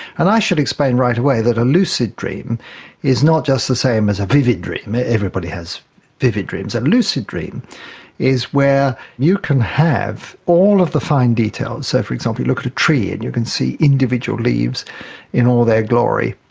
and i should explain right away that a lucid dream is not just the same as a vivid dream, everybody has vivid dreams. a lucid dream is where you can have all of the fine detail, so for example you look at a tree and you can see individual leaves in all their glory,